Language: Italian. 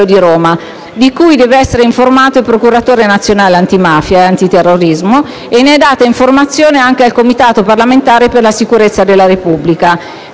di Roma, di cui deve essere informato il procuratore nazionale antimafia e antiterrorismo, e ne è data informazione anche al Comitato parlamentare per la sicurezza della Repubblica.